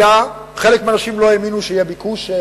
חלק מהאנשים לא האמינו שיהיה ביקוש,